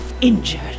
injured